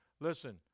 Listen